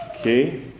Okay